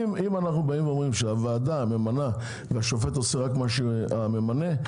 אם אנחנו באים ואומרים שהוועדה ממנה והשופט עושה רק מה שרוצה הממנה,